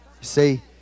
See